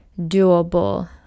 doable